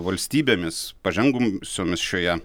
valstybėmis pažengusiomis šioje